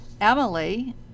Emily